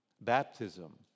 Baptism